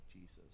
Jesus